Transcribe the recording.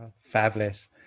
Fabulous